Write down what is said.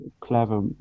clever